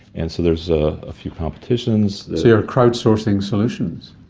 and so there's a ah few competitions you're crowdsourcing solutions?